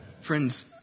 Friends